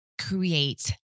create